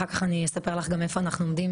אחר כך אני אספר לך גם איפה אנחנו עומדים